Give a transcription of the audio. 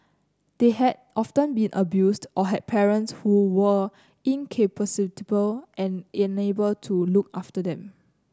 they had often been abused or had parents who were incapacitated and unable to look after them